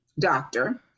doctor